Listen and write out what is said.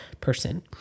person